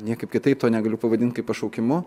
niekaip kitaip to negaliu pavadint kaip pašaukimu